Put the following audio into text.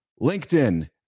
LinkedIn